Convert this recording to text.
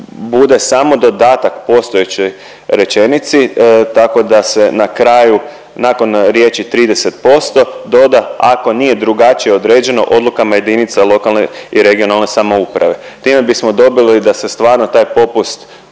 bude samo dodatak postojećoj rečenici, tako da se na kraju, nakon riječi 30% doda „ako nije drugačije određeno odlukama jedinca lokalne i regionalne samouprave“. Time bismo dobili da se stvarno taj popust